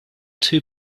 two